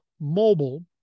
Mobile